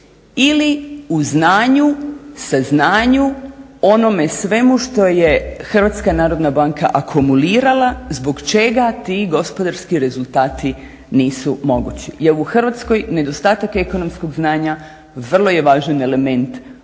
ili u znanju, saznanju, onome svemu što je HNB akumulirala zbog čega ti gospodarski rezultati nisu mogući jer u Hrvatskoj nedostatak ekonomskog znanja vrlo je važan element našeg gospodarskog